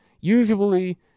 Usually